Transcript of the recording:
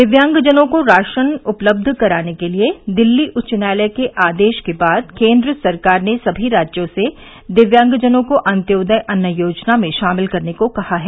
दिव्यांगजनों को राशन उपलब्ध कराने के दिल्ली उच्च न्यायालय के आदेश के बाद केंद्र सरकार ने सभी राज्यों से दिव्यांगजनों को अंत्योदय अन्न योजना में शामिल करने को कहा है